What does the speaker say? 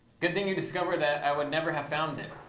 good thing you discovered that. i would never have found it.